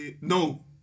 no